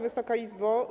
Wysoka Izbo!